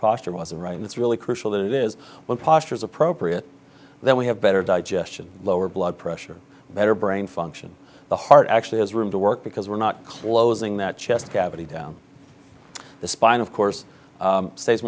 posture wasn't right it's really crucial that is what posture is appropriate that we have better digestion lower blood pressure better brain function the heart actually has room to work because we're not closing that chest cavity down the spine of course stays